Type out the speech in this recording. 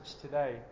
today